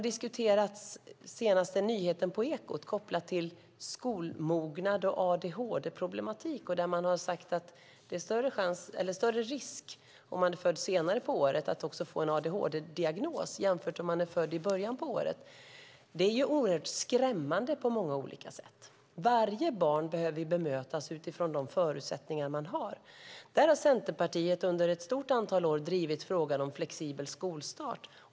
Den senaste nyheten på Ekot kopplat till skolmognad och adhd-problematik var att det är större risk att få en adhd-diagnos om man är född senare på året än om man är född i början av året. Det är oerhört skrämmande på många olika sätt. Varje barn behöver bemötas utifrån de förutsättningar det har. Centerpartiet har under ett stort antal år drivit frågan om flexibel skolstart.